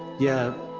yeah.